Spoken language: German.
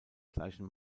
gleichen